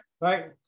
Right